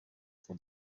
for